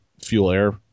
fuel-air